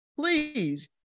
please